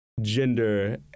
gender